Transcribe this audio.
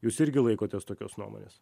jūs irgi laikotės tokios nuomonės